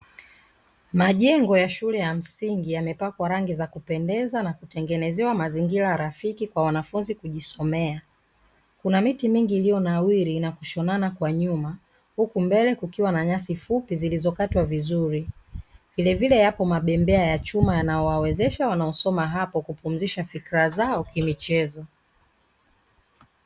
Majengo ya shule ya msingi yamepakwa rangi za kupendeza na kutengenezewa mazingira rafiki kwa wanafunzi kujisomea. Kuna miti mingi iliyonawiri na kushonana kwa nyuma, huku mbele kukiwa na nyasi fupi zilizokatwa vizuri. Vilevile yapo mabembea ya chuma yanayowawezesha wanaosoma hapo kupumzisha fikra zao kimichezo.